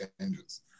changes